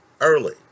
early